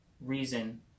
reason